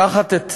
לקחת את